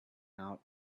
out